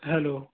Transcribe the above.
hello